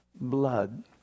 blood